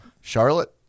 Charlotte